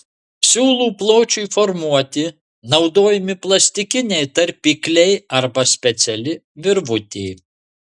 siūlių pločiui formuoti naudojami plastikiniai tarpikliai arba speciali virvutė